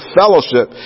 fellowship